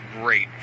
great